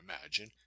imagine